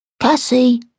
Cassie